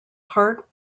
heart